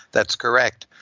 that's correct,